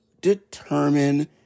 determine